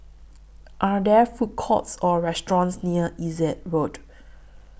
Are There Food Courts Or restaurants near Essex Road